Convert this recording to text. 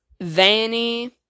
vanny